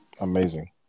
amazing